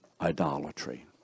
Idolatry